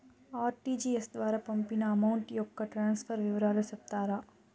RTGS ద్వారా పంపిన amount యొక్క ట్రాన్స్ఫర్ వివరాలు సెప్తారా